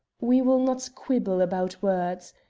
we will not quibble about words.